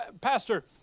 Pastor